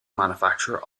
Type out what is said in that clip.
manufacturer